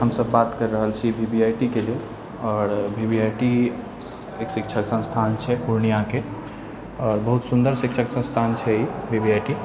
हमसब बात करि रहल छी वी वी आइ टी के लिए आओर वी वी आइ टी एक शिक्षण संस्थान छै पूर्णियाके आओर बहुत सुन्दर शिक्षण संस्थान छै ई वी वी आइ टी